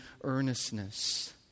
earnestness